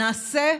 שנעשה,